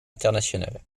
internationales